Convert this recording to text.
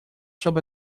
sob